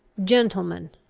gentlemen,